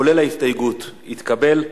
כולל ההסתייגות, נתקבל.